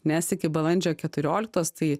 mes iki balandžio keturioliktos tai